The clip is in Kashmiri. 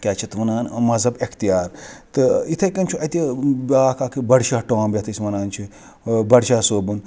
کیاہ چھِ اَتھ وَنان مَزہَب اِختِیار تہٕ یِتھٕے کٕنۍ چھُ اَتہِ بِیاکھ اَکھ بَڈشاہ ٹامب یَتھ أسۍ وَنان چھِ بَڈشاہ صٲبُن